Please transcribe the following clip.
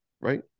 Right